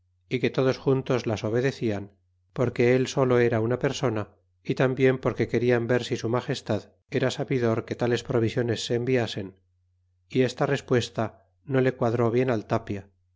é que todos juntos las obedecian porque el solo era tina persona y tambien porque querian ver si su magestad era sabidor que tales provisiones se enviasen y esta respuesta no le quadró bien al tapia